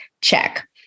Check